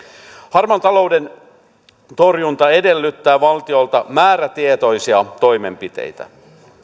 harmaan talouden torjunta edellyttää valtiolta määrätietoisia toimenpiteitä